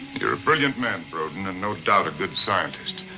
you're a brilliant man, broden, and no doubt a good scientist,